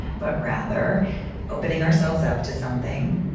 but rather opening ourselves up to something,